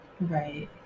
right